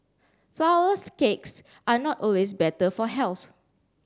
flour less cakes are not always better for health